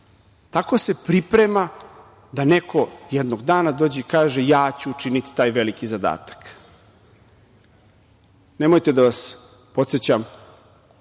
Tako se priprema da neko jednog dana dođe i kaže – ja ću učiniti taj veliki zadatak. Nemojte da vas podsećam